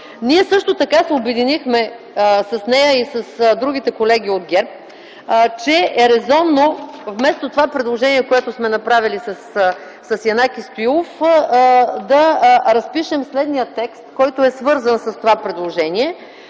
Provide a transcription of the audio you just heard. Също така се обединихме, с нея и с другите колеги от ГЕРБ, че е резонно, вместо това предложение, което сме направили с Янаки Стоилов, да разпишем следния текст, който е свързан с това предложение